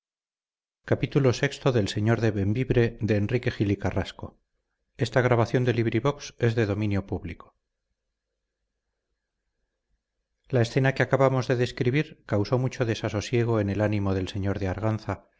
la escena que acabamos de describir causó mucho desasosiego en el ánimo del señor de arganza